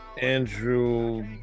Andrew